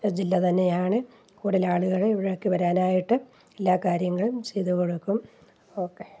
ഒരു ജില്ല തന്നെയാണ് കൂടുതൽ ആളുകൾ ഇവിടെയൊക്കെ വരാനായിട്ട് എല്ലാ കാര്യങ്ങളും ചെയ്തു കൊടുക്കും ഓക്കേ